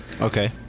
Okay